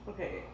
Okay